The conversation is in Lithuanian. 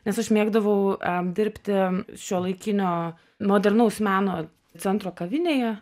nes aš mėgdavau a dirbti šiuolaikinio modernaus meno centro kavinėje